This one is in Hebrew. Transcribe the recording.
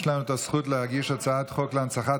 יש לנו את הזכות להגיש הצעת חוק להנצחת